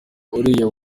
uriya